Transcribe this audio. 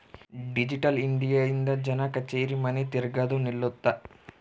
digital India ಇಂದ ಜನ ಕಛೇರಿ ಮನಿ ತಿರ್ಗದು ನಿಲ್ಲುತ್ತ